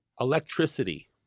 Electricity